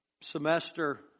Semester